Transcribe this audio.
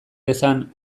dezan